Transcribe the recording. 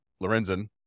Lorenzen